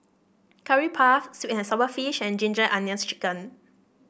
Curry Puff sweet and sour fish and Ginger Onions chicken